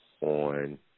on